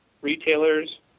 retailers